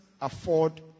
afford